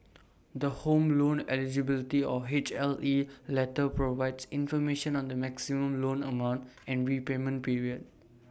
the home loan eligibility or HLE letter provides information on the maximum loan amount and repayment period